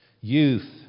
Youth